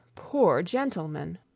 poor gentleman!